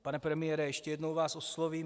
Pane premiére, ještě jednou vás oslovím.